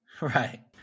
Right